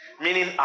Meaning